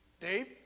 Dave